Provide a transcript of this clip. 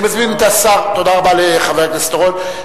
תודה רבה לחבר הכנסת אורון.